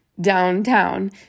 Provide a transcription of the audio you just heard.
downtown